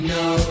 no